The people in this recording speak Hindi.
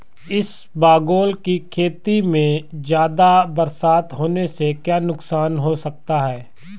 इसबगोल की खेती में ज़्यादा बरसात होने से क्या नुकसान हो सकता है?